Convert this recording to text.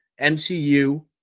MCU